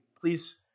Please